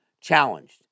challenged